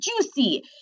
juicy